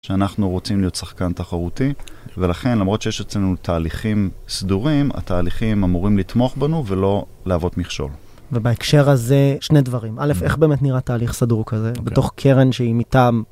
שאנחנו רוצים להיות שחקן תחרותי, ולכן, למרות שיש אצלנו תהליכים סדורים, התהליכים אמורים לתמוך בנו ולא להוות מכשול. ובהקשר הזה, שני דברים. א', איך באמת נראה תהליך סדור כזה? בתוך קרן שהיא מטעם.